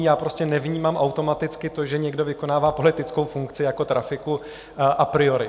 Já prostě nevnímám automaticky to, že někdo vykonává politickou funkci jako trafiku, a priori.